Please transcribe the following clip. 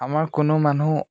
আমাৰ কোনো মানুহ